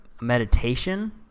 meditation